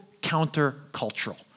counter-cultural